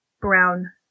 brown